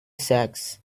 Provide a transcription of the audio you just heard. sacks